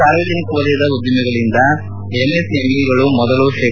ಸಾರ್ವಜನಿಕ ವಲಯದ ಉದ್ದಿಮೆಗಳಂದ ಎಂಎಸ್ಎಂಇಗಳು ಮೊದಲು ಶೇ